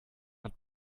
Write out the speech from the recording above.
hat